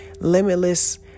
limitless